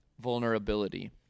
vulnerability